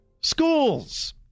schools